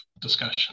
discussion